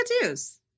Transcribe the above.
tattoos